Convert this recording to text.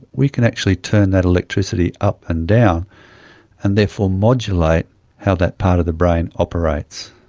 we can actually turn that electricity up and down and therefore modulate how that part of the brain operates.